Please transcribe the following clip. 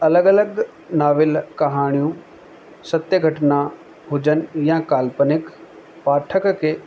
अलॻि अलॻि नॉवल कहाणियूं सत्य घटना हुजन या काल्पनिक पाठक खे